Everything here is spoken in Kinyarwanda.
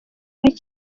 n’indi